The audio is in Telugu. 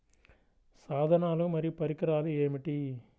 సాధనాలు మరియు పరికరాలు ఏమిటీ?